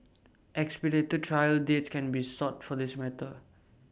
expedited trial dates can be sought for this matter